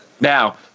Now